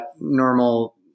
normal